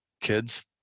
kids